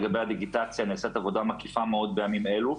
לגבי הדיגיטציה נעשית עבודה מקיפה מאוד בימים אלו.